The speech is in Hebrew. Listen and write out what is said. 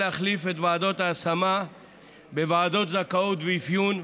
להחליף את ועדות ההשמה בוועדות זכאות ואפיון,